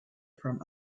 from